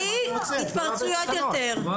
אגב,